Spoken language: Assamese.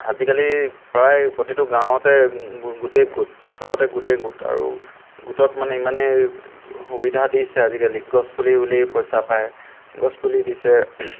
আজিকালি প্ৰায় প্ৰতিটো গাঁৱতে গোটেই গোট চবতে গোটেই গোট আৰু গোটত মানে ইমানেই সুবিধা দিছে আজিকালি গছ পুলি ৰুলেই পইচা পায় গছ পুলি দিছে